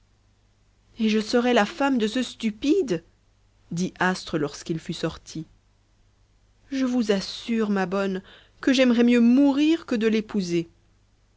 et je serais la femme de ce stupide dit astre lorsqu'il fut sorti je vous assure ma bonne que j'aimerais mieux mourir que de l'épouser